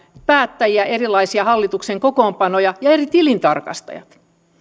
päättäjiä erilaisia hallituksen kokoonpanoja ja eri tilintarkastajat